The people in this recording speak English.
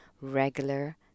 regular